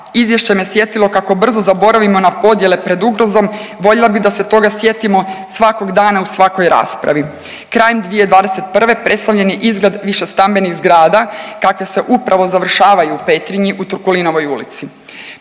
Izvješće me sjetilo kako brzo zaboravimo na podjele pred ugrozom, voljela bi da se toga sjetimo svakog dana u svakoj raspravi. Krajem 2021. predstavljen je izgled višestambenih zgrada kakve se upravo završavaju u Petrinji u Turkulinovoj ulici,